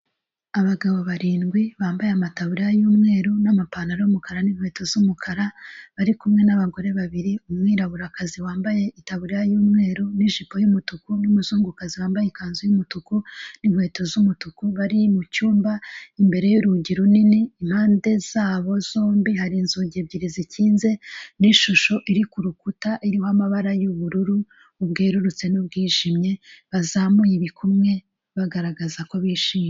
Abagabo barindwi bambaye amataburiya y'umweru n'amapantaro y'umukara n'inkweto z'umukara bari kumwe n'abagore babiri, umwiraburakazi wambaye itaburiya y'umweru n'ijipo y'umutuku n'umuzungukazi wambaye ikanzu y'umutuku n'inkweto z'umutuku, bari mu cyumba. Imbere y'urugi runini impande zabo zombi hari inzugi ebyiri zikinze n'ishusho iri ku rukuta iriho amabara y'ubururu bwerurutse n'ubwijimye, bazamuye ibikumwe bagaragaza ko bishimye.